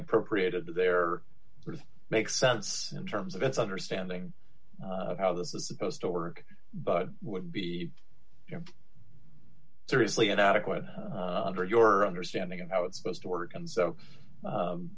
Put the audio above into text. appropriated there are sort of makes sense in terms of its understanding of how this is supposed to work but would be you know seriously inadequate under your understanding of how it's supposed to work and so